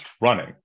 running